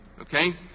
okay